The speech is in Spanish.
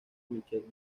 michelle